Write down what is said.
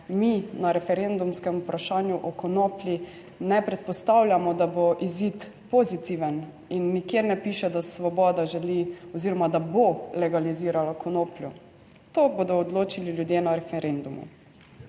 mi na referendumskem vprašanju o konoplji ne predpostavljamo, da bo izid pozitiven in nikjer ne piše, da Svoboda želi oziroma da bo legalizirala konopljo, to bodo odločili ljudje na referendumu.